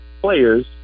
players